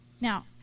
Now